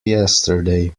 yesterday